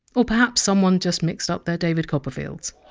or perhaps someone just mixed up their david copperfields